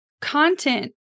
Content